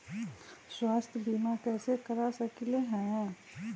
स्वाथ्य बीमा कैसे करा सकीले है?